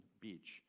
beach